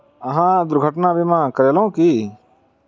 अहाँ दुर्घटना बीमा करेलौं की?